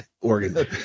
Organ